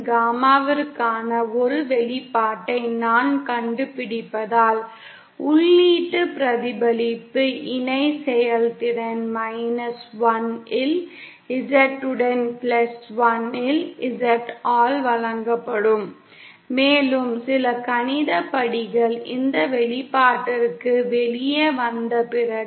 காமாவிற்கான ஒரு வெளிப்பாட்டை நான் கண்டுபிடிப்பதால் உள்ளீட்டு பிரதிபலிப்பு இணை செயல்திறன் மைனஸ் 1 இல் Z உடன் பிளஸ் 1 இல் Z ஆல் வழங்கப்படும் மேலும் சில கணித படிகள் இந்த வெளிப்பாட்டிற்கு வெளியே வந்த பிறகு